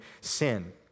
sin